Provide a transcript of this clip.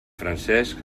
francesc